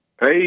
Hey